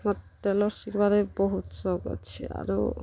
ମୋର୍ tailor ଶିଖ୍ବାର୍ ଲାଗି ବହୁତ୍ ସୋଉକ୍ ଅଛେ ଆରୁ